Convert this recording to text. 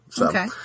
Okay